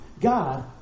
God